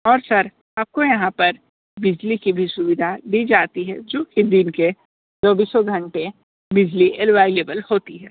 और सर आपको यहाँ पर बिजली की भी सुविधा दी जाती है जो कि दिन के चौबीसो घंटे बिजली अलवाइलेबल होती है